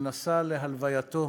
שנסע להלווייתו